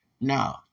No